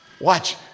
Watch